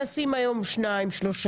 נשים היום שניים-שלושה,